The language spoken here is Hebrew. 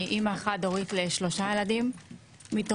אני אמא חד הורית לשלושה ילדים מתוכם